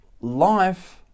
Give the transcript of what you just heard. life